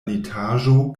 litaĵo